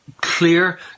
clear